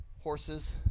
horses